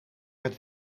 het